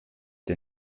der